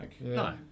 No